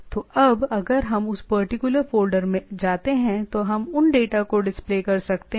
तो अब अगर हम उस पार्टिकुलर फ़ोल्डर में जाते हैं तो हम उन डेटा को डिस्प्ले कर सकते हैं